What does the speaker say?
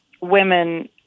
women